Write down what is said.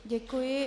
Děkuji.